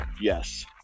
Yes